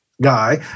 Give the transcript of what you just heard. guy